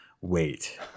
wait